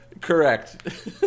Correct